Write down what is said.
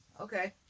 Okay